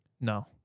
No